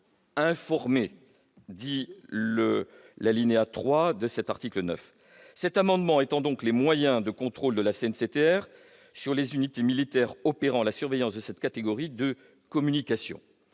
en mesure d'exercer son contrôle. Cet amendement étend donc les moyens de contrôle de la CNCTR sur les unités militaires opérant la surveillance de cette catégorie de communications.